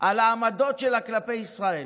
על העמדות שלה כלפי ישראל.